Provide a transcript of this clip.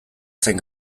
zen